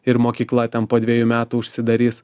ir mokykla ten po dvejų metų užsidarys